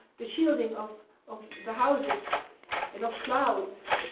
the shielding of of the houses and of clouds,